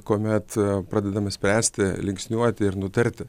kuomet pradedame spręsti linksniuoti ir nutarti